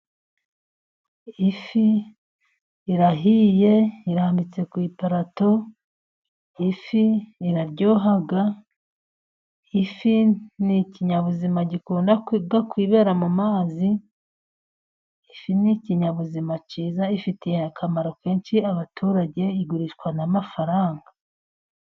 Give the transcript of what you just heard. Ifi irahiye irambitse ku iparato. Ifi iraryoha. Ifi ni ikinyabuzima gikunda kwibera mu mazi. Ifi ni ikinyabuzima cyiza, ifitiye akamaro kenshi abaturage, igurishwa n'amafaranga.